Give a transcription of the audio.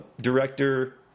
director